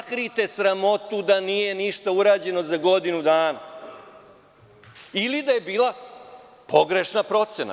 Sakrite sramotu da nije ništa urađeno za godinu dana ili da je bila pogrešna procena.